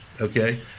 okay